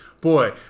Boy